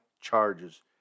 charges